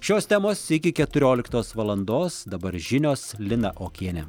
šios temos iki keturioliktos valandos dabar žinios lina okienė